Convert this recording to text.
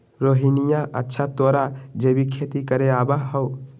रोहिणीया, अच्छा तोरा जैविक खेती करे आवा हाउ?